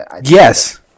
yes